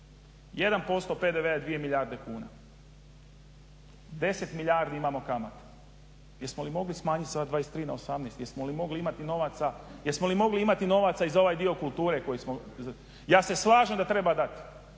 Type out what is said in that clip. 1% PDV-a je 2 milijarde kuna, 10 milijardi imamo kamata. Jesmo li mogli smanjit sa 23 na 18? Jesmo li mogli imati novaca i za ovaj dio kulture koji smo? Ja se slažem da treba dati,